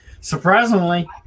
surprisingly